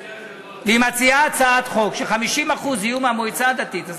והיא מציעה הצעת חוק ש-50% מהמועצה הדתית יהיו נשים,